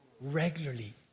regularly